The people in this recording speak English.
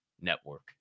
network